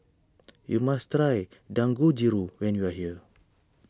you must try Dangojiru when you are here